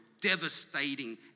devastating